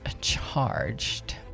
charged